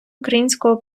українського